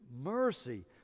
mercy